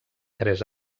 tres